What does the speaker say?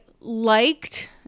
liked